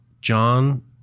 John